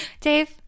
Dave